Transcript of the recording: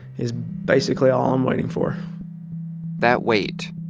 is basically all i'm waiting for that wait,